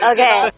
Okay